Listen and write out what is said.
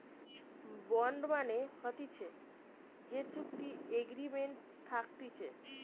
bond মানে হতিছে যে চুক্তি এগ্রিমেন্ট থাকতিছে